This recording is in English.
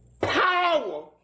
power